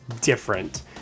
different